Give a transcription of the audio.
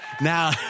Now